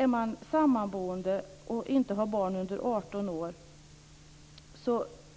Är man sammanboende och utan barn under 18 år